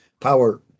power